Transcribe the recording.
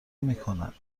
میکنند